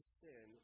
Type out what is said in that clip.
sin